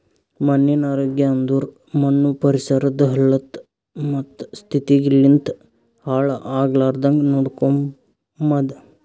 ಮಣ್ಣಿನ ಆರೋಗ್ಯ ಅಂದುರ್ ಮಣ್ಣು ಪರಿಸರದ್ ಹಲತ್ತ ಮತ್ತ ಸ್ಥಿತಿಗ್ ಲಿಂತ್ ಹಾಳ್ ಆಗ್ಲಾರ್ದಾಂಗ್ ನೋಡ್ಕೊಮದ್